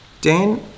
Dan